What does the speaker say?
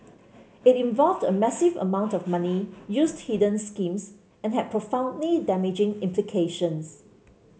it involved a massive amount of money used hidden schemes and had profoundly damaging implications